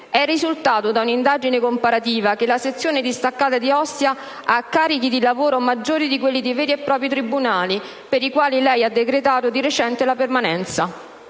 è risultato da un'indagine comparativa che la sezione distaccata di Ostia ha carichi di lavoro maggiori di quelli di veri e propri tribunali dei quali lei ha recentemente decretato la permanenza.